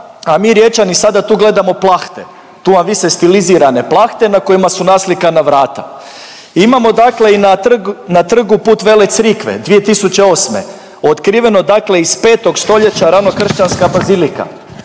a mi Riječani sada tu gledamo plahte, tu vam vise stilizirane plahte na kojima su naslikana vrata. Imamo dakle i na Trgu Pul Vele Crikve 2008. otkriveno dakle iz 5. stoljeća ranokršćanska bazilika,